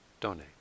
donate